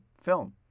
film